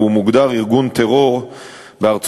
והוא מוגדר ארגון טרור בארצות-הברית,